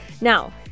Now